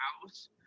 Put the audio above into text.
house